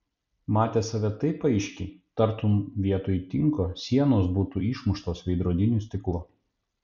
matė save taip aiškiai tartum vietoj tinko sienos būtų išmuštos veidrodiniu stiklu